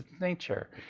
nature